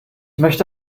möchte